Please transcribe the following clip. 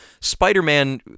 Spider-Man